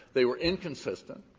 they were inconsistent,